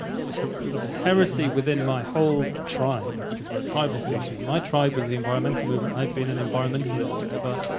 it was it was a heresy within my whole tribe because we were a tribal species, my tribe was the environmental movement i'd been an environmentalist forever,